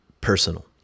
personal